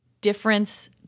difference